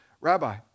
Rabbi